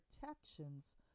Protections